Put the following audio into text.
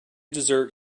dessert